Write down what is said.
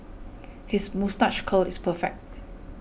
his moustache curl is perfect